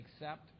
Accept